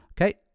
Okay